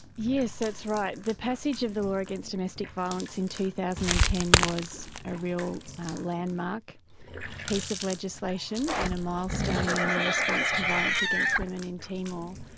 yes, that's right. the passage of the law against domestic violence in two thousand and ten was a real landmark piece of legislation and a milestone in the response to violence against women in timor.